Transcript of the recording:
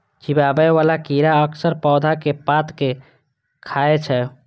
चिबाबै बला कीड़ा अक्सर पौधा के पात कें खाय छै